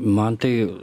man tai